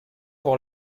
pour